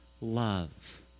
love